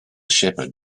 shepherd